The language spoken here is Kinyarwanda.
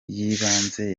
yibanze